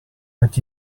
that